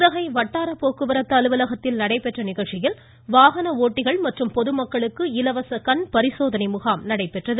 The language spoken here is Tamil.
உதகை வட்டாரப் போக்குவரத்து அலுவலகத்தில் நடைபெற்ற நிகழ்ச்சியில் வாகன ஓட்டிகள் மற்றும் பொதுமக்களுக்கு இலவச கண் பரிசோதனை முகாம் நடைபெற்றது